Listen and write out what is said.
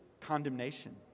condemnation